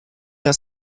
der